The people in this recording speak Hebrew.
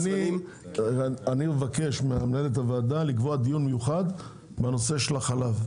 אני מבקש ממנהלת הוועדה לקבוע דיון מיוחד בנושא החלב.